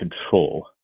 control